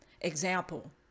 Example